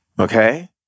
okay